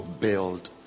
build